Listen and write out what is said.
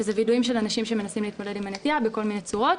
שזה וידויים של אנשים שמנסים להתמודד עם הנטייה בכל מיני צורות.